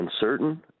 uncertain